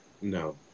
No